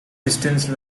distance